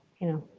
you know,